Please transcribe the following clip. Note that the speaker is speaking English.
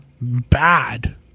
bad